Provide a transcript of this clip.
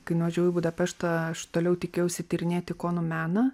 kai nuvažiavau į budapeštą aš toliau tikėjausi tyrinėti ikonų meną